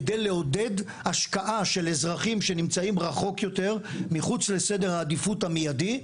כדי לעודד השקעה של אזרחים שנמצאים רחוק יותר מחוץ לסדר העדיפות המיידי,